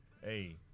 Hey